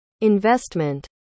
Investment